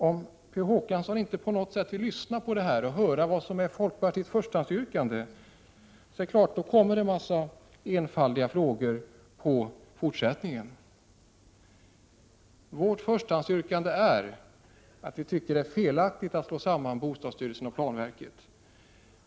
Om Per Olof Håkansson inte vill lyssna och höra på vad som är folkpartiets förstahandsyrkande, blir det naturligtvis i fortsättningen en mängd enfaldiga frågor. Vårt förstahandsyrkande går alltså ut på att vi tycker att det är felaktigt att slå samman bostadsstyrelsen och planverket.